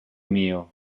mio